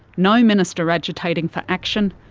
no minister agitating for action,